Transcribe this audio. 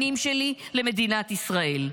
שלי, לנינים שלי, למדינת ישראל?